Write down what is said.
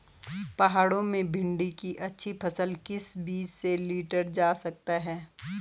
पहाड़ों में भिन्डी की अच्छी फसल किस बीज से लीटर जा सकती है?